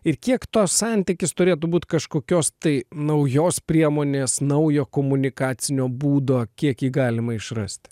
ir kiek to santykis turėtų būti kažkokios tai naujos priemonės naujo komunikacinio būdo kiek jį galima išrasti